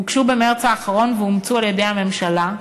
הוגשו במרס האחרון ואומצו על-ידי הממשלה,